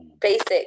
basic